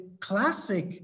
classic